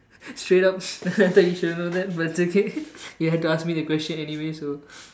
straight up I thought you should know that but it's okay you had to ask me that question anyways so